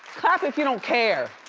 clap if you don't care.